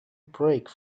break